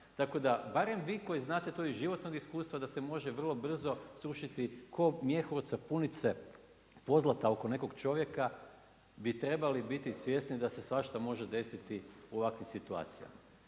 Tako da barem vi koji znate to iz životnog iskustva da se može vrlo brzo srušiti ko mjehur od sapunice pozlata oko nekog čovjeka bi trebali biti svjesni da se svašta može desiti u ovakvim situacijama.